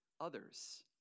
others